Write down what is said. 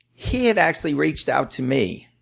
he had actually reached out to me.